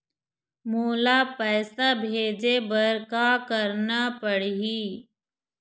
मोला पैसा भेजे बर का करना पड़ही?